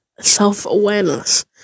self-awareness